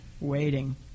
Waiting